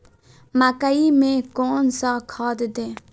मकई में कौन सा खाद दे?